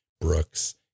Brooks